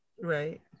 Right